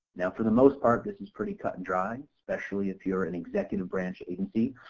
now for the most part this is pretty cut and dry, especially if you're an executive branch agency.